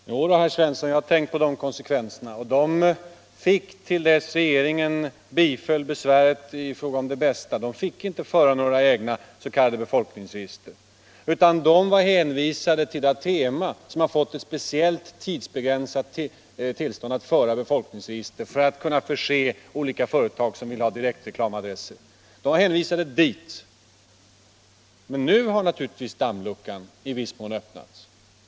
Fru talman! Jodå, herr Svensson i Eskilstuna, jag har tänkt på de konsekvenserna. Dessa företag fick fram till dess att regeringen biföll besväret i fråga om Det Bästa inte föra några egna s.k. befolkningsregister. De var hänvisade till Atema, som har fått ett speciellt, tidsbegränsat tillstånd att föra befolkningsregister för att kunna förse olika företag, som vill ha direktreklamadresser, med sådana. Men nu är det uppenbart att dammluckan i viss mån har öppnats.